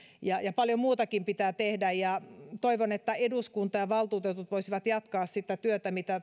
ja ja paljon muutakin pitää tehdä toivon että eduskunta ja valtuutetut voisivat jatkaa sitä työtä mitä